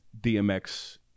DMX